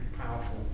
powerful